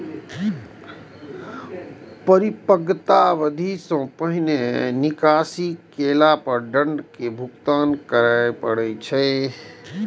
परिपक्वता अवधि सं पहिने निकासी केला पर दंड के भुगतान करय पड़ै छै